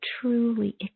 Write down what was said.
truly